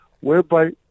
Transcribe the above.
whereby